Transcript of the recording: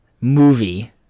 movie